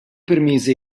permise